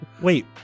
Wait